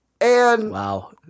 Wow